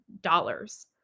dollars